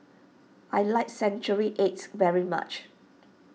I like Century Eggs very much